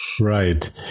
Right